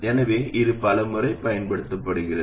எனவே இது பல முறை பயன்படுத்தப்படுகிறது